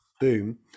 boom